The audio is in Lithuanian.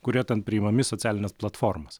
kurie ten priimami į socialines platformas